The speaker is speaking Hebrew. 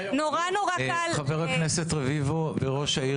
חבר הכנסת רביבו וראש העיר